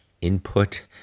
input